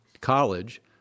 College